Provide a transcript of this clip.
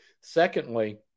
Secondly